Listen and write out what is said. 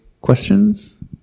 questions